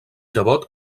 nebot